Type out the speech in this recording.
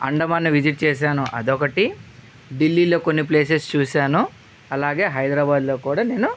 అండమాన్ని visit చేశాను అదొకటి ఢిల్లీలో కొన్ని ప్లేసెస్ చూశాను అలాగే హైదరాబాదులో కూడా నేను